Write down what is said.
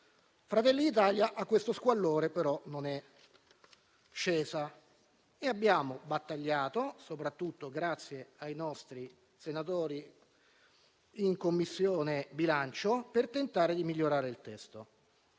Fratelli d'Italia a questo squallore, però, non è sceso. Abbiamo battagliato, soprattutto grazie ai nostri senatori in Commissione bilancio, per tentare di migliorare il testo.